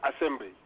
assembly